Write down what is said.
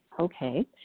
Okay